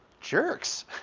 jerks